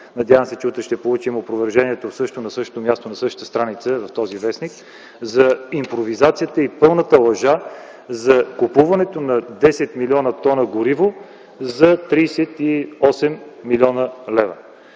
Надявам се, че утре ще получим опровержението на същото място в същата страница на този вестник - за импровизацията и пълната лъжа за купуването на 10 млн. тона гориво за 38 млн. лв.,